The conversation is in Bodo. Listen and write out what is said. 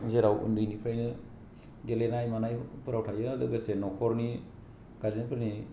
जेराव उन्दैनिफ्रायनो गेलेनाय मानायफोराव थायो लोगोसे नखरनि गारजेनफोरनि